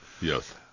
Yes